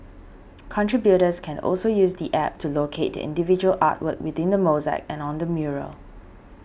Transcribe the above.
contributors can also use the App to locate their individual artwork within the mosaic and on the mural